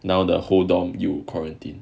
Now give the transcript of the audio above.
now the whole dorm 有 quarantine